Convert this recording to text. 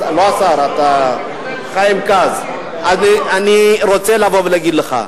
לא השר, חיים כץ, אני רוצה להגיד לך,